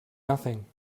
nothing